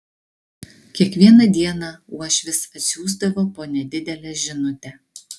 kiekvieną dieną uošvis atsiųsdavo po nedidelę žinutę